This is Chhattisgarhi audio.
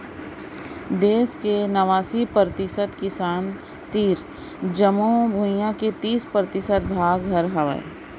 देस के नवासी परतिसत किसान तीर जमो भुइयां के तीस परतिसत भाग हर हावय